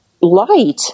light